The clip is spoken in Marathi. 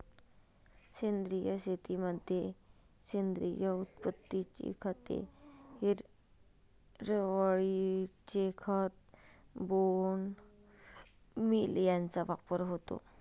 सेंद्रिय शेतीमध्ये सेंद्रिय उत्पत्तीची खते, हिरवळीचे खत, बोन मील यांचा वापर होतो